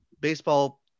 baseball